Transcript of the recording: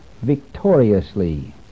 victoriously